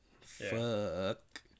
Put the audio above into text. Fuck